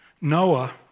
Noah